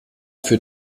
für